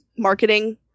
marketing